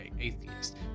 atheist